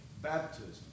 baptism